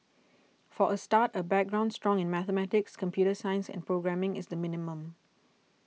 for a start a background strong in mathematics computer science and programming is the minimum